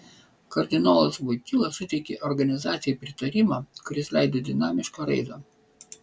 kardinolas voityla suteikė organizacijai pritarimą kuris leido dinamišką raidą